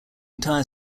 entire